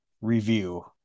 review